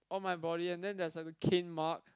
all my body and then there's a cane mark